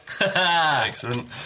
Excellent